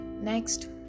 Next